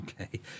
Okay